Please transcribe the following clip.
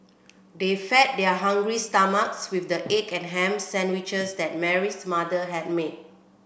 they fed their hungry stomachs with the egg and ham sandwiches that Mary's mother had made